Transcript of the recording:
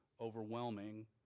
overwhelming